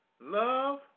love